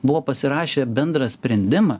buvo pasirašę bendrą sprendimą